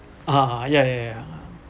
ah ya ya ya